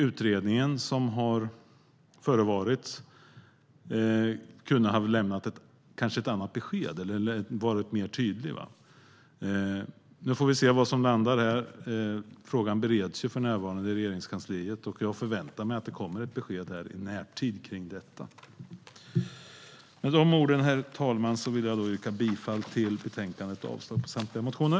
Utredningen som har förevarit kunde kanske ha lämnat ett annat besked eller varit mer tydlig. Vi får se vad det här landar i. Frågan bereds för närvarande i Regeringskansliet, och jag förväntar mig att det kommer ett besked i närtid. Med de orden, herr talman, yrkar jag alltså bifall till förslaget i betänkandet och avslag på samtliga motioner.